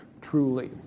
truly